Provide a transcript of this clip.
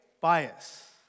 bias